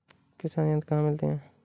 किसान यंत्र कहाँ मिलते हैं?